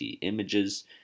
images